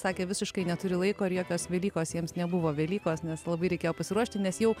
sakė visiškai neturi laiko ir jokios velykos jiems nebuvo velykos nes labai reikėjo pasiruošti nes jau